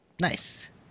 Nice